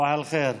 סבאח אל-ח'יר.